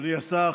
אדוני השר,